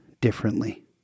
differently